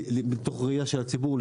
מתוך ראייה של הציבור,